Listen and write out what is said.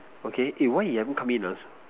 okay eh why he haven't come in ah